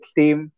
team